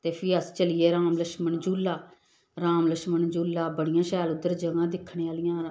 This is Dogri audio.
ते फ्ही अस चली गे राम लक्षमन झूला राम लक्षमन झूला बड़ियां शैल उद्धर जगह् दिक्खने आह्लियां